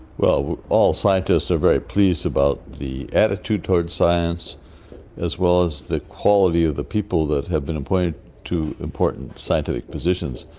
all scientists are very pleased about the attitude toward science as well as the quality of the people that have been appointed to important scientific positions.